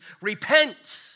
Repent